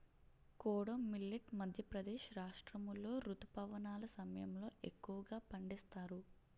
kodo millet Madhya Pradesh రాష్ట్రాములో రుతుపవనాల సమయంలో ఎక్కువగా పండిస్తారు